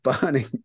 burning